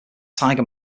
tiger